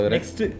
Next